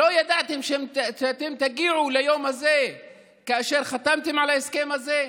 לא ידעתם שאתם תגיעו ליום הזה כאשר חתמתם על ההסכם הזה?